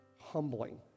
humbling